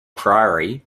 priory